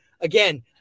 again